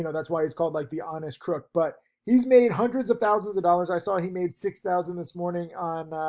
you know that's why he's called like the honest crook, but he's made hundreds of thousands of dollars. i saw he made six thousand this morning on,